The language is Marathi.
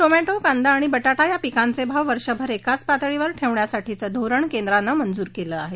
टोमॅटो कांदा आणि बटटा या पिकांचे भाव वर्षभर एकाच पातळीवर ठेवण्यासाठीचं धोरण केंद्रानं मंजूर केलं आहे